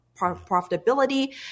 profitability